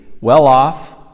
well-off